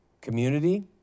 community